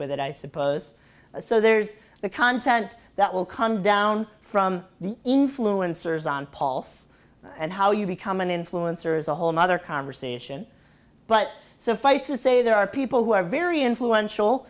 with it i suppose so there's the content that will come down from the influencers on pulse and how you become an influencer is a whole nother conversation but so if i say there are people who are very influential